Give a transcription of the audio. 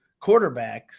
quarterbacks